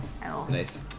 Nice